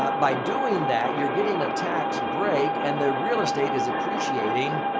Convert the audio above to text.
ah by doing that, you're getting a tax break and the real estate is appreciating.